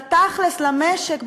אלא תכל'ס למשק,